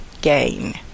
gain